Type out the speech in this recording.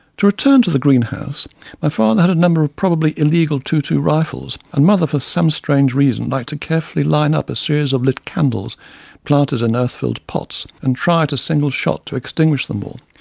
to return to the greenhouse my father had a number of probably illegal twenty two rifles, and mother for some strange reason liked to carefully line up a series of lit candles planted in earth-filled pots, and try at a single shot to extinguish them all.